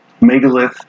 megalith